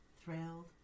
thrilled